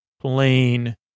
plain